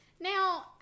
Now